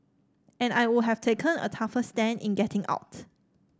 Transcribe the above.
and I would have taken a tougher stand in getting out